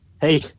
hey